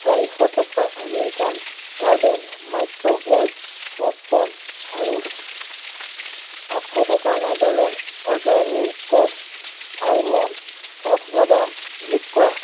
চাৰিশ টকাৰ American garden microwave popcorn আৰু আঠশ টকাৰ নাইডাৰলেণ্ড অৰগেনিক্ছ আলমণ্ড কাঠ বাদাম যোগ কৰা